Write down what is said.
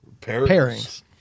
pairings